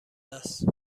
است